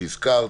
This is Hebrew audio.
שהזכרת,